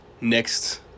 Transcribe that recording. next